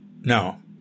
No